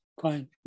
fine